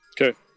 Okay